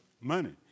money